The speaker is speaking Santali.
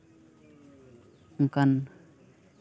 ᱚᱱᱠᱟᱱ